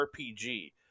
rpg